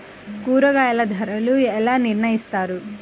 కూరగాయల ధరలు ఎలా నిర్ణయిస్తారు?